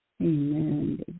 Amen